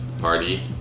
party